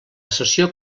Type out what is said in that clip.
cessió